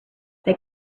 they